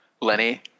Lenny